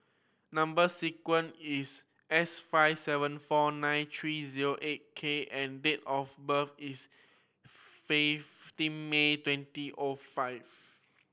number sequence is S five seven four nine three zero eight K and date of birth is fifteen May twenty of five